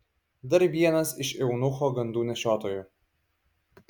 dar vienas iš eunucho gandų nešiotojų